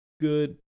good